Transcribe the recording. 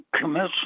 Commission